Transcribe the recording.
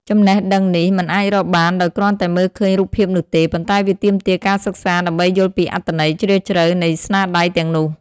ចំណេះដឹងនេះមិនអាចរកបានដោយគ្រាន់តែមើលឃើញរូបភាពនោះទេ ប៉ុន្តែវាទាមទារការសិក្សាដើម្បីយល់ពីអត្ថន័យជ្រាលជ្រៅនៃស្នាដៃទាំងនោះ។